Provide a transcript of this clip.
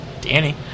Danny